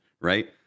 right